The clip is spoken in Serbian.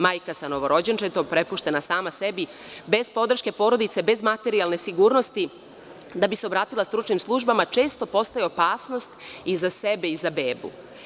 Majka sa novorođenčetom prepuštena sama sebi bez podrške porodice, bez materijalne sigurnosti, da bi se obratila stručnim službama često postaje opasnost i za sebe i za bebu.